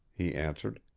he answered.